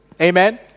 Amen